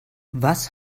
was